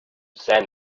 send